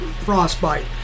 frostbite